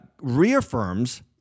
reaffirms